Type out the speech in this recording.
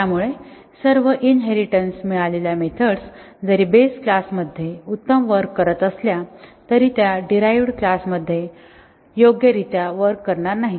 त्यामुळे सर्व इनहेरिटेन्स मिळालेल्या मेथड्स जरी बेस क्लासमध्ये उत्तम वर्क करत असल्या तरी त्या डीरहाईवड क्लास मध्ये योग्यरित्या वर्क करणार नाहीत